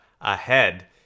ahead